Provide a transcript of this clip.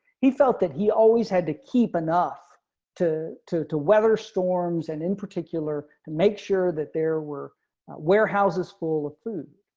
he felt that he always had to keep enough to to weather storms and, in particular, to make sure that there were warehouses full of food.